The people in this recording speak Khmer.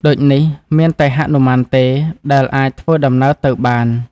ដូចនេះមានតែហនុមានទេ ដែលអាចធ្វើដំណើរទៅបាន។